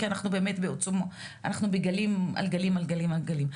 כי אנחנו בגלים על גלים על גלים.